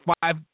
five